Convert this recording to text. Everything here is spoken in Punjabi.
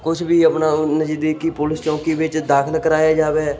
ਕੁਛ ਵੀ ਆਪਣਾ ਨਜ਼ਦੀਕੀ ਪੁਲਿਸ ਚੌਂਕੀ ਵਿੱਚ ਦਾਖ਼ਲ ਕਰਵਾਇਆ ਜਾਵੇ